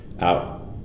out